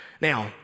Now